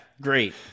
Great